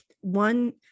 one